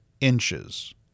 inches